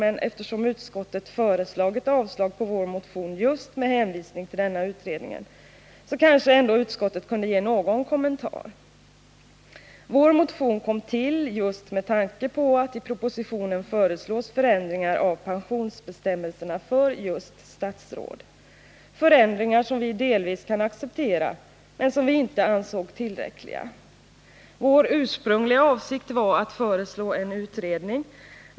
men eftersom utskottet föreslagit avslag på vår motion just med hänvisning till denna utredning kanske ändå utskottet kunde ge någon kommentar. Vår motion kom till med tanke på att det i propositionen föreslås förändringar av pensionsbestämmelserna för just statsråd. Det är förändringar som vi delvis kan acceptera men som vi anser inte är tillräckliga. Vår ursprungliga avsikt var att föreslå en utredning.